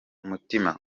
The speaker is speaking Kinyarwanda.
umutima